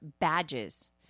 badges